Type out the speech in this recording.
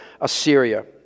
Assyria